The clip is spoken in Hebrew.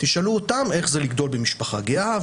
תשאלו אותם איך זה לגדול במשפחה גאה,